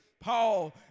Paul